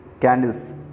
candles